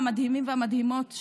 המדהימים והמדהימות,